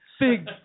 Big